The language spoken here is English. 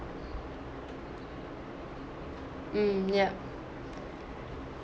mm yup